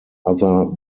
other